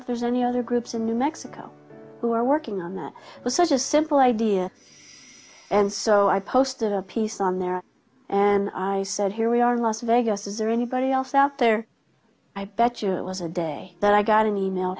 if there's any other groups in new mexico who are working on that was such a simple idea and so i posted a piece on there and i said here we are in las vegas is there anybody else out there i bet you it was a day that i got an e mail